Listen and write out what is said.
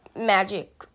magic